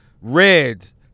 reds